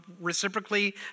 reciprocally